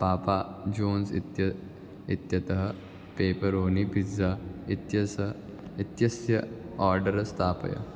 पापा john's इत्य इत्यतः pepperoni pizza इत्यस्य इत्यस्य आर्डर् स्थापय